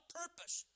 purpose